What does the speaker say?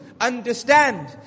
Understand